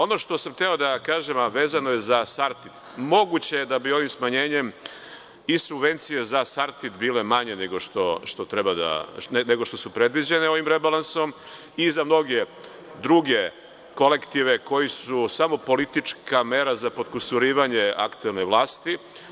Ono što sam hteo da kažem, a vezano je za „Sartid“, moguće je da bi ovim smanjenjem i subvencije za „Sartid“ bile manje nego što su predviđene ovim rebalansom i za mnoge druge kolektive koji su samo politička mera za potkusurivanje aktuelne vlasti.